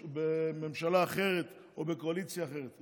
בממשלה אחרת, או בקואליציה אחרת.